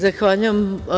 Zahvaljujem.